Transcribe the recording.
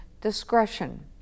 discretion